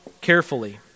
Carefully